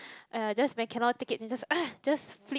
!aiya! just when cannot take it !aiya! just flip